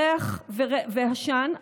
ריח ועשן,